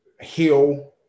heal